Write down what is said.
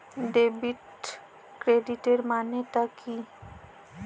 Debit ক্রেডিটের মানে টা কি?